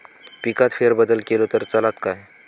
पिकात फेरबदल केलो तर चालत काय?